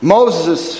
Moses